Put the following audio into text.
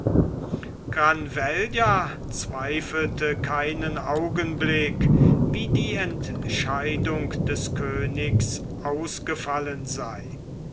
granvella zweifelte keinen augenblick wie die entscheidung des königs ausgefallen sei